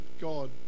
God